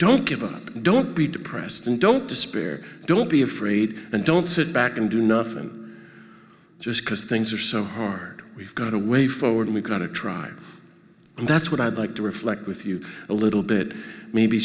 don't give up don't be depressed and don't despair don't be afraid and don't sit back and do nothing just because things are so hard we've got a way forward we've got to try and that's what i'd like to reflect with you a little bit maybe